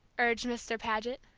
urged mr. paget.